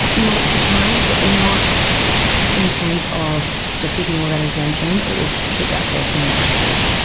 multiple times, but not in terms of just ignore that exemption. it was keep that person active,